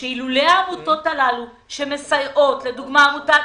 שאילולי העמותות הללו שמסייעות, לדוגמה, עמותת